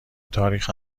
تاریخ